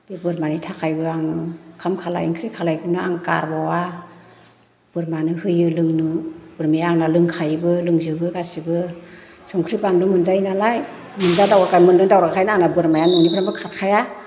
बे बोरमानि थाखायबो आङो ओंखाम खालाय ओंख्रि खालायखौनो आं गारबावा बोरमानो होयो लोंनो बोरमाया आंना लोंखायोबो लोंजोबो गासिबो संख्रि बान्लु मोनजायो नालाय मोनजादावग्रा मोनलोंदावग्राखायनो आंना बोरमाया न'निफ्रायबो खारखाया